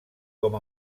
com